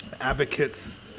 advocates